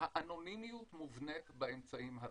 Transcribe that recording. האנונימיות מובנית באמצעים הללו.